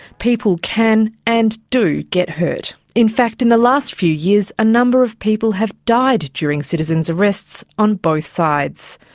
people can and do get hurt. in fact in the last few years a number of people have died died during citizen's arrests, on both sides.